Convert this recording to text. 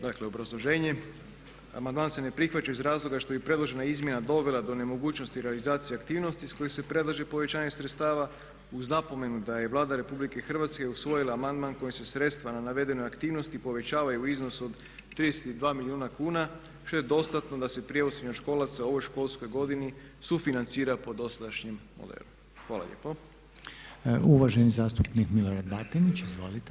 Dakle obrazloženje, amandman se ne prihvaća iz razloga što bi predložena izmjena dovela do nemogućnosti realizacija aktivnost iz kojih se predlaže povećanje sredstava uz napomenu da je Vlada RH usvojila amandman kojim se sredstva na navedenoj aktivnosti povećavaju u iznosu od 32 milijuna kuna što je dostatno da se prijevoz srednjoškolaca u ovoj školskoj godini sufinancira po dosadašnjem modelu.